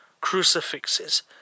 crucifixes